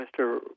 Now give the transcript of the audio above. Mr